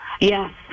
Yes